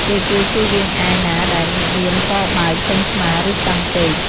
គេគួរជៀសវាងអាវណាដែលមានកបើក ចេញស្មា ឬ តឹងពេក។